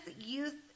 youth